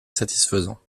satisfaisants